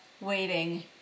waiting